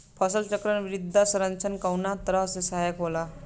फसल चक्रण मृदा संरक्षण में कउना तरह से सहायक होला?